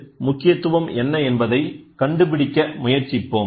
எனவேஇந்த முக்கியத்துவம் என்ன என்பதை கண்டுபிடிக்க முயற்சிப்போம்